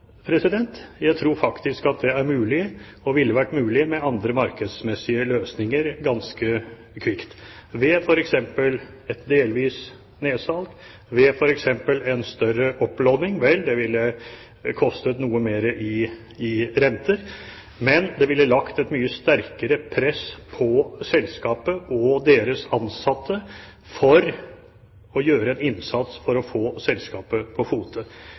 jeg tror faktisk at det er mulig og ville vært mulig med andre markedsmessige løsninger ganske kvikt – ved f.eks. et delvis nedsalg, ved f.eks. en større opplåning. Det ville kostet noe mer i rente, men det ville lagt et mye sterkere press på selskapet og deres ansatte for å gjøre en innsats for å få selskapet på fote.